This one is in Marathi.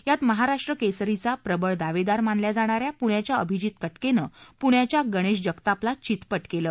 यात महाराष्ट्र केसरीचा प्रबळ दावेदार मानल्या जाणाऱ्या पुण्याच्या अभिजित कटकेने पुण्याच्या गणेश जगताप ला चितपट केलं